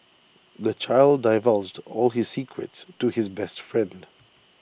the child divulged all his secrets to his best friend